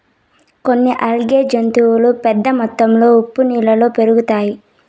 కొన్ని ఆల్గే జాతులు పెద్ద మొత్తంలో ఉప్పు నీళ్ళలో పెరుగుతాయి